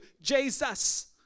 Jesus